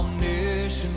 news